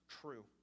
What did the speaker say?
true